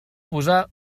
posar